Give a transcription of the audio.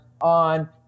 on